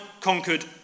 conquered